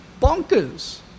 bonkers